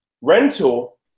rental